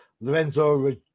Lorenzo